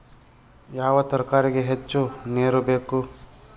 ಯಾವ ತರಕಾರಿಗೆ ಹೆಚ್ಚು ನೇರು ಬೇಕು?